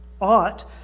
ought